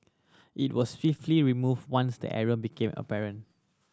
it was swiftly removed once the error became apparent